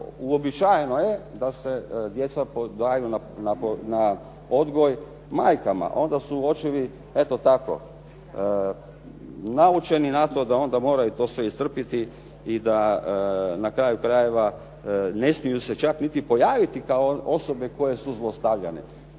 uobičajeno je da se djeca odvajaju na odgoj majkama, a onda su očevi, eto tako naučeni na to da onda moraju to sve istrpiti i da na kraju krajeva ne smiju se čak niti pojaviti kao osobe koje su zlostavljane.